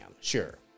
Sure